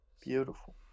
Beautiful